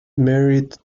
married